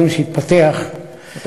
ובוודאי לאור הדיון שהתפתח אני בהחלט,